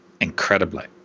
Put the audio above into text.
Incredibly